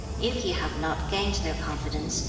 if he have not gained their confidence,